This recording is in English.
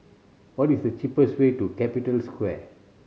what is the cheapest way to Capital Square